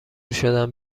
شدم